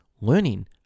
learning